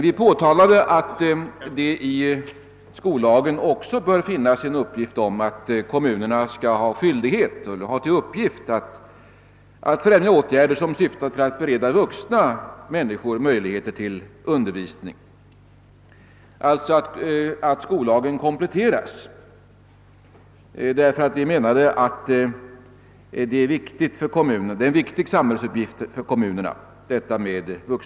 Vi påtalade att det i skollagen också bör finnas en uppgift om att kommunerna skall ha till uppgift att främja åtgärder, som syftar till att bereda vuxna människor möjligheter till undervisning, d.v.s. att skollagen kompletteras. Vi ansåg att vuxenutbildningen är en viktig uppgift för kommunerna.